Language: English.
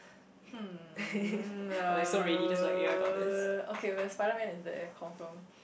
hmm uh okay when Spiderman is there confirm